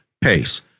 pace